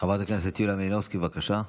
חברת הכנסת יוליה מלינובסקי, בבקשה.